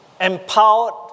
empowered